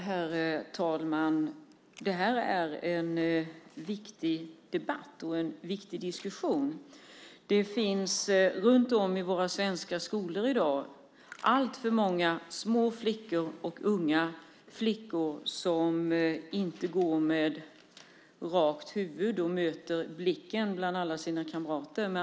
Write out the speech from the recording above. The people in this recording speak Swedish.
Herr talman! Det här är en viktig debatt och en viktig diskussion. Runt om i våra svenska skolor finns det alltför många små flickor och unga flickor som inte lyfter blicken bland alla sina kamrater.